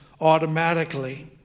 automatically